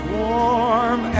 warm